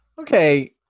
Okay